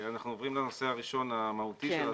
אנחנו עוברים לנושא הראשון המהותי של החוק,